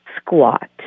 Squat